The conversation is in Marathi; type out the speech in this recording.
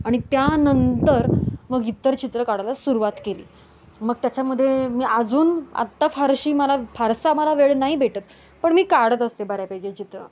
आणि त्यानंतर मग इतर चित्र काढायला सुरवात केली मग त्याच्यामधे मी अजून आत्ता फारशी मला फारसा मला वेळ नाही भेटत पण मी काढत असते बऱ्यापैकी चित्र